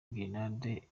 grenade